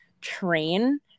train